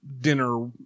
dinner